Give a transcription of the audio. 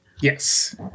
Yes